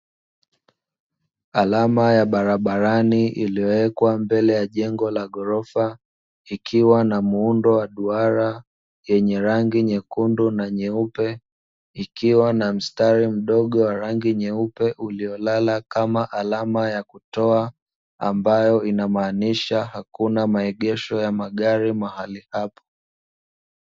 Alama ya barabarani iliyowekwa mbele ya jengo la ghorofa, ikiwa na muundo wa duara, yenye rangi nyekundu na nyeupe, ikiwa na mstari mdogo wa rangi nyeupe uliolala kama alama ya kutoa, ambayo inamaanisha hakuna maegesho ya magari mahali hapo.